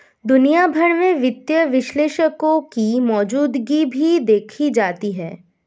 दुनिया भर में वित्तीय विश्लेषकों की मौजूदगी भी देखी जाती है